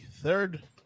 third